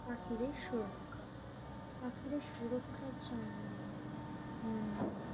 পাখিদের সুরক্ষা পাখিদের সুরক্ষার জন্যে